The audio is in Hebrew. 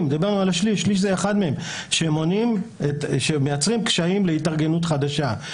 שליש זה אחד מהם שמייצרים קשיים להתארגנות חדשה.